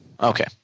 Okay